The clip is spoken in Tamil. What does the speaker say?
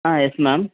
ah yes ma'am